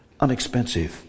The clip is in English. unexpensive